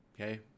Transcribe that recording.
okay